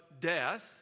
death